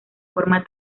forma